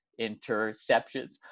interceptions